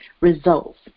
results